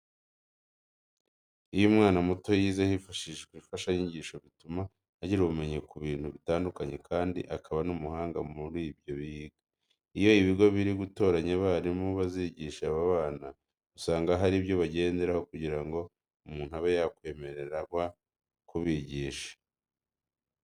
Iyo umwana muto yize hifashishijwe imfashanyigisho bituma agira ubumenyi ku bintu bitandukanye kandi akaba n'umuhanga mu byo yiga. Iyo ibigo biri gutoranya abarimu bazigisha aba bana, usanga hari ibyo bagenderaho kugira ngo umuntu abe yakwemererwa kubigisha.